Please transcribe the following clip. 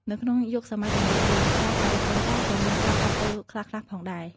នៅក្នុងយុគសម័យទំនើបនេះ ការគោរពដូនតាក៏មានការផ្លាស់ប្ដូរខ្លះៗផងដែរ។